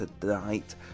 tonight